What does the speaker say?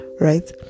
right